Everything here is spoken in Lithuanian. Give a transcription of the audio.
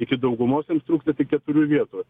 iki daugumos jiems trūksta tik keturių vietų